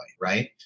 right